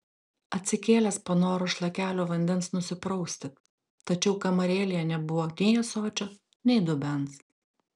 atsikėlęs panoro šlakelio vandens nusiprausti tačiau kamarėlėje nebuvo nei ąsočio nei dubens